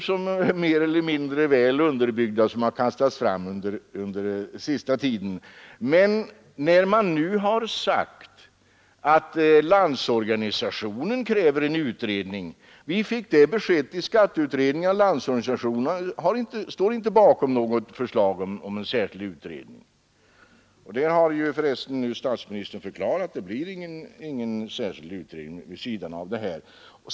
När fru Nettelbrandt säger att Landsorganisationen kräver en utredning vill jag framhålla att vi fick det beskedet i skatteutredningen att Landsorganisationen inte står bakom något förslag om en sådan utredning. Nu har förresten statsministern förklarat att det inte blir någon särskild utredning vid sidan av skatteutredningen.